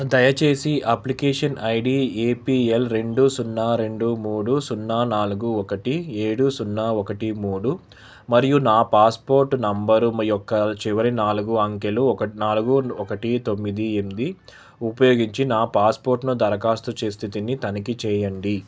దయచేసి application ID A P L రెండు సున్నా రెండు మూడు సున్నా నాలుగు ఒకటి ఏడు సున్నా ఒకటి మూడు మరియు నా పాస్పోర్ట్ నెంబరు మా యొక్క చివరి నాలుగు అంకెలు నాలుగు ఒకటి తొమ్మిది ఎనిమిది ఉపయోగించి నా పాస్పోర్ట్ను దరఖాస్తు స్థితిని తనిఖీ చేయండి